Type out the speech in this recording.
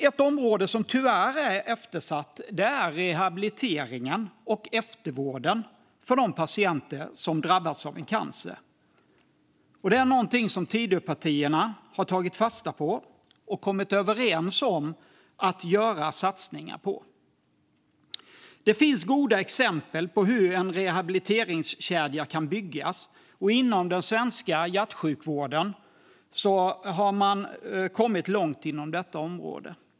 Ett område som tyvärr är eftersatt är rehabiliteringen och eftervården för de patienter som drabbats av cancer, och det är något som Tidöpartierna har tagit fasta på och kommit överens om att göra satsningar på. Det finns goda exempel på hur en rehabiliteringskedja kan byggas, och inom den svenska hjärtsjukvården har man kommit långt inom detta område.